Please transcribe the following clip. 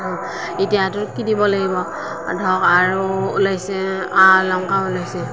এতিয়াতো কিনিব লাগিব ধৰক আৰু ওলাইছে আ অলংকাৰ ওলাইছে